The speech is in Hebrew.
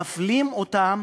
מפלים אותם